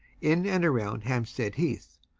in and around hampstead heath,